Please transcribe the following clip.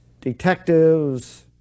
detectives